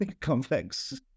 complex